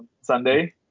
Sunday